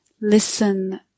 Listen